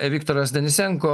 viktoras denisenko